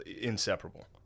inseparable